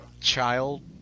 child